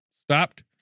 stopped